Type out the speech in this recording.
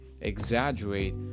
exaggerate